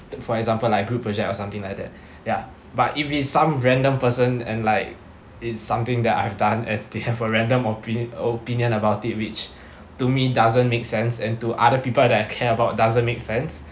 for example like group project or something like that ya but if it's some random person and like it's something that I've done and they have a random opi~ opinion about it which to me doesn't make sense and to other people that I care about doesn't make sense